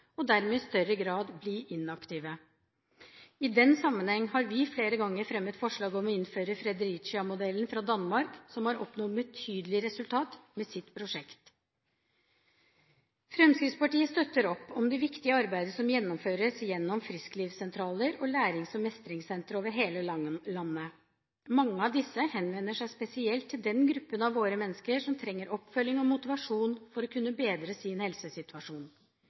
og dermed i større grad blir inaktive. I den sammenheng har vi flere ganger fremmet forslag om å innføre Fredericia-modellen fra Danmark, som har oppnådd betydelige resultater med sitt prosjekt. Fremskrittspartiet støtter opp om det viktige arbeidet som gjennomføres gjennom frisklivssentraler og lærings- og mestringssentre over hele landet. Mange av disse henvender seg spesielt til den gruppen av mennesker som trenger oppfølging og motivasjon for å kunne bedre sin helsesituasjon.